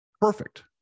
Perfect